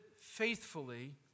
faithfully